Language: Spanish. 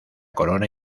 corona